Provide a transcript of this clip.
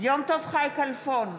יום טוב חי כלפון,